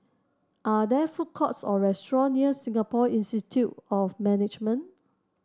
are there food courts or restaurant near Singapore Institute of Management